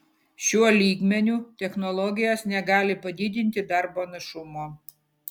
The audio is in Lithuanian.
šiuo lygmeniu technologijos negali padidinti darbo našumo